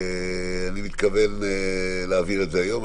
אני מתכוון להעביר את זה היום,